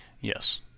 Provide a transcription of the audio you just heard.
Yes